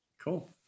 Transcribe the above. Cool